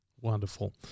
Wonderful